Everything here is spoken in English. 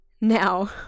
now